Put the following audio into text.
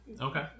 Okay